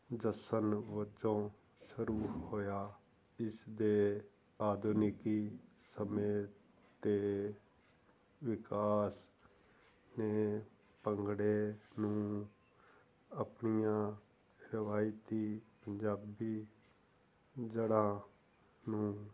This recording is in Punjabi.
ਜਸ਼ਨ ਵਜੋਂ ਸ਼ੁਰੂ ਹੋਇਆ ਇਸ ਦੇ ਆਧੁਨਿਕੀ ਸਮੇਂ ਅਤੇ ਵਿਕਾਸ ਨੇ ਭੰਗੜੇ ਨੂੰ ਆਪਣੀਆਂ ਰਵਾਇਤੀ ਪੰਜਾਬੀ ਜੜ੍ਹਾਂ ਨੂੰ